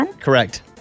Correct